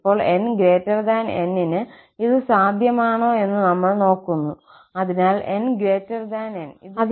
ഇപ്പോൾ 𝑛 𝑁ന് ഇത് സാധ്യമാണോ എന്ന് നമ്മൾ നോക്കുന്നു അതിനാൽ 𝑛 𝑁 ഇത് ശരിയാണ്